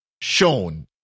shown